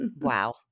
Wow